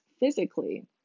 physically